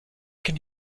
can